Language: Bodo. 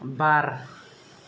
बार